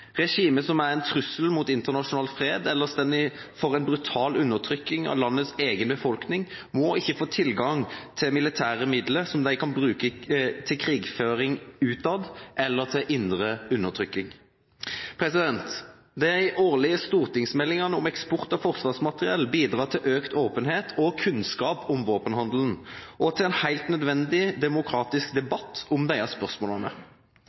som er en trussel mot internasjonal fred, eller står for en brutal undertrykking av landets egen befolkning, må ikke få tilgang til militære midler som de kan bruke til krigføring utad, eller til intern undertrykking. De årlige stortingsmeldingene om eksport av forsvarsmateriell bidrar til økt åpenhet og kunnskap om våpenhandelen og til en helt nødvendig demokratisk debatt om disse spørsmålene.